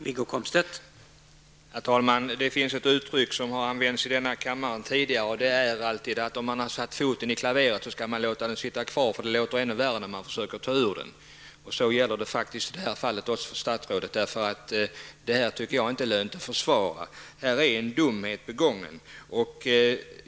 Herr talman! Det finns ett uttryck som har använts i denna kammare tidigare, nämligen att om man har satt foten i klaveret skall man låta den sitta kvar, eftersom det låter ännu värre när man försöker ta bort den. Detta gäller även i det här fallet. Jag tycker inte att det är lönt att försvara detta. en dumhet är begången.